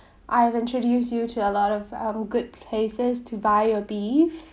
I have introduced you to a lot of other good places to buy your beef